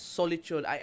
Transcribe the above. solitude